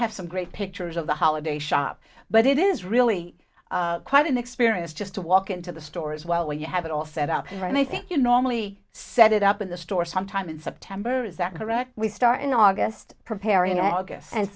have some great pictures of the holiday shop but it is really quite an experience just to walk into the store as well where you have it all set up right now i think you normally set it up in the store sometime in september is that correct we start in august preparing an august and